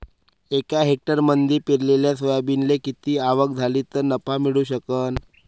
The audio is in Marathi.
एका हेक्टरमंदी पेरलेल्या सोयाबीनले किती आवक झाली तं नफा मिळू शकन?